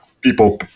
people